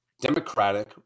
democratic